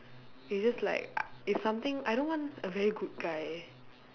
it's just like it's something I don't want a very good guy